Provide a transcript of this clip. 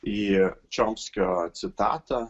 į čiomskio citatą